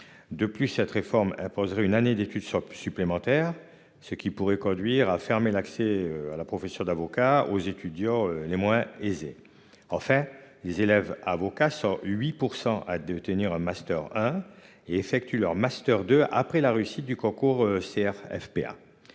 De plus, cette réforme imposerait une année d'études soit supplémentaires ce qui pourrait conduire à fermer l'accès à la profession d'avocat aux étudiants les moins aisés. En fait les élèves avocats 108% à tenir un master 1 et effectuent leur master deux après la réussite du concours. CRFPA.